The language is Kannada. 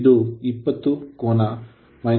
ಇದು 20 ಕೋನ 36